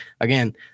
again